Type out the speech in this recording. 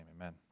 Amen